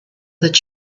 that